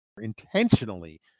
intentionally